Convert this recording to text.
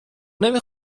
نمی